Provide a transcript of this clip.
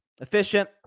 efficient